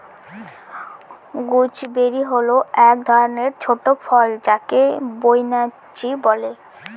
gooseberry হল এক ধরনের ছোট ফল যাকে বৈনচি বলে